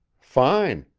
fine.